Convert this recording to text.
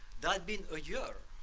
that been a year